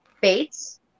Bates